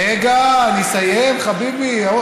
רגע, אני אסיים, חביבי.